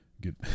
get